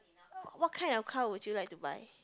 what kind of car would you like to buy